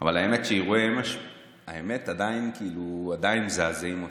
אבל האמת שאירועי אמש עדיין מזעזעים אותי.